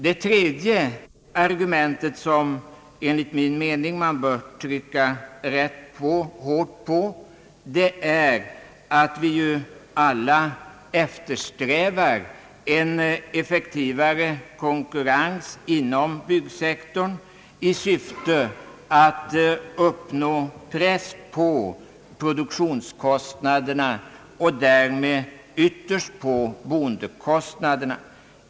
Det tredje argumentet, som man enligt min mening bör trycka ganska hårt på, är att vi alla eftersträvar en effektivare konkurrens inom byggsektorn i syfte att uppnå en press nedåt på produktionskostnaderna och därmed ytterst på boendekostnaderna.